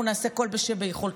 אנחנו נעשה כל שביכולתנו,